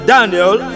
Daniel